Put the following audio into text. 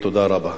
תודה רבה.